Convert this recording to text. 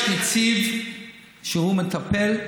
יש נציב והוא מטפל.